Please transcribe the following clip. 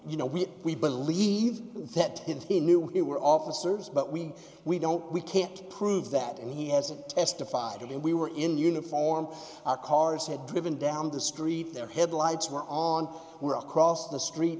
you know we we believe that his he knew it we're officers but we we don't we can't prove that and he hasn't testified that when we were in uniform our cars had driven down the street their headlights were on we're across the street